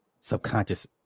subconscious